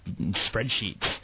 spreadsheets